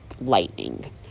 lightning